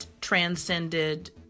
transcended